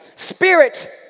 spirit